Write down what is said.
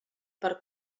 per